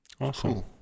awesome